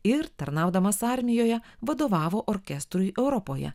ir tarnaudamas armijoje vadovavo orkestrui europoje